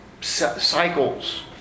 cycles